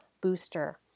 booster